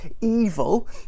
evil